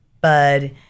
Bud